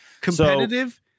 Competitive